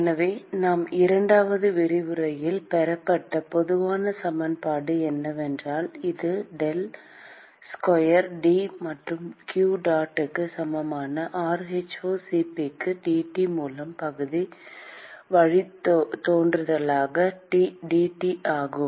எனவே நாம் இரண்டாவது விரிவுரையில் பெறப்பட்ட பொதுவான சமன்பாடு என்னவென்றால் இது டெல் ஸ்கொயர் டி மற்றும் qdot க்கு சமமான rhoCp க்கு dT மூலம் பகுதி வழித்தோன்றலாக dT ஆகும்